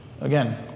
Again